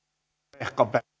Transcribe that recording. arvoisa